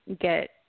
get